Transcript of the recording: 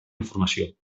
informació